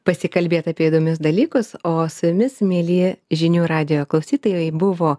pasikalbėt apie įdomius dalykus o su jumis mieli žinių radijo klausytojai buvo